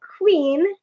queen